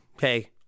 hey